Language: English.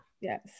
yes